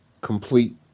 complete